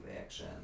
action